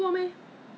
ah